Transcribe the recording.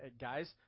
guys